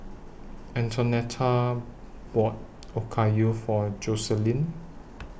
Antonetta bought Okayu For Joseline